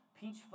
peach